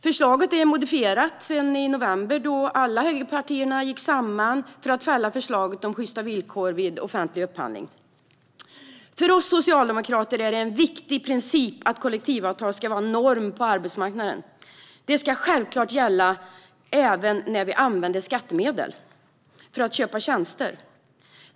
Förslaget är modifierat sedan i november, när alla högerpartierna gick samman för att fälla förslaget om sjysta villkor vid offentlig upphandling. För oss socialdemokrater är det en viktig princip att kollektivavtal ska vara norm på arbetsmarknaden. Det ska självklart gälla även när vi använder skattemedel för att köpa tjänster.